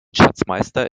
schatzmeister